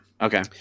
Okay